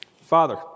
Father